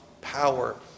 power